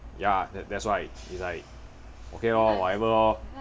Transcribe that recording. ya that that's why it's like okay lor whatever lor